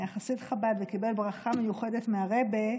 היה חסיד חב"ד, וקיבל ברכה מיוחדת מהרעבע,